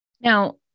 Now